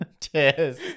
Cheers